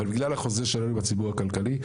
אבל בגלל החוזה שלנו עם הציבור הכלכלי,